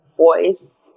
voice